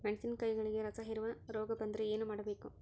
ಮೆಣಸಿನಕಾಯಿಗಳಿಗೆ ರಸಹೇರುವ ರೋಗ ಬಂದರೆ ಏನು ಮಾಡಬೇಕು?